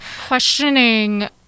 questioning